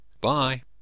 Bye